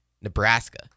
Nebraska